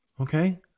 okay